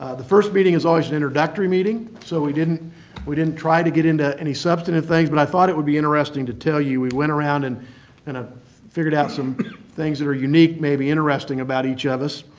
the first meeting is always an introductory meeting, so we didn't we didn't try to get into any substantive things, but i thought it would be interesting to tell you, we went around and kind of and ah figured out some things that are unique, maybe interesting about each of us.